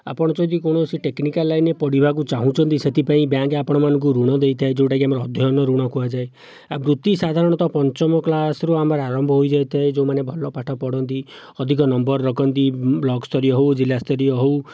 ଆପଣ ଯଦି କୌଣସି ଟେକ୍ନିକାଲ ଲାଇନରେ ପଢ଼ିବାକୁ ଚାହୁଁଛନ୍ତି ସେଥିପାଇଁ ବ୍ୟାଙ୍କ ଆପଣମାନଙ୍କୁ ଋଣ ଦେଇଥାଏ ଯେଉଁଟାକି ଆମର ଅଧ୍ୟୟନ ଋଣ କୁହାଯାଏ ଆଉ ବୃତ୍ତି ସାଧାରଣତଃ ପଞ୍ଚମ କ୍ଲାସରୁ ଆମର ଆରମ୍ଭ ହୋଇଯାଇଥାଏ ଯେଉଁମାନେ ଭଲ ପାଠ ପଢ଼ନ୍ତି ଅଧିକ ନମ୍ବର ରଖନ୍ତି ବ୍ଲକସ୍ତରୀୟ ହେଉ ଜିଲ୍ଲାସ୍ତରୀୟ ହେଉ